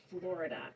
Florida